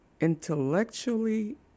intellectually